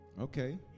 Okay